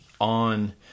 on